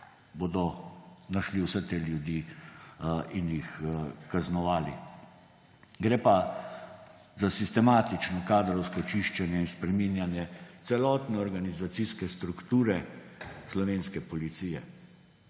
bodo našli vse te ljudi in jih kaznovali. Gre pa za sistematično kadrovsko čiščenje in spreminjanje celotne organizacijske strukture slovenske policije.